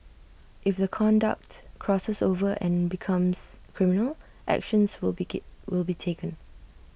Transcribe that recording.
if the conduct crosses over and becomes criminal actions will be give will be taken